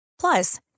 Plus